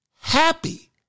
happy